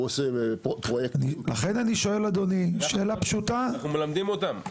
הוא עושה פרויקט --- אנחנו מלמדים אותם.